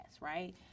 right